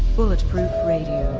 bulletproof radio,